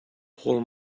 whole